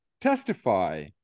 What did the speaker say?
testify